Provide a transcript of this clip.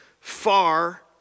far